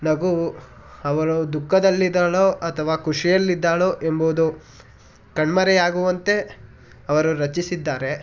ನಗುವು ಅವಳು ದುಃಖದಲ್ಲಿದ್ದಾಳೊ ಅಥವಾ ಖುಷಿಯಲ್ಲಿದ್ದಾಳೊ ಎಂಬುದು ಕಣ್ಮರೆಯಾಗುವಂತೆ ಅವರು ರಚಿಸಿದ್ದಾರೆ